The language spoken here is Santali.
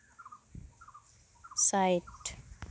ᱥᱟᱭᱴ